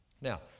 Now